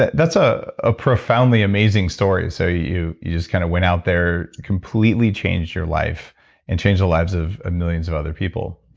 that's a ah profoundly amazing story. so, you you just kind of went out there. completely changed your life and changed the lives of millions of other people.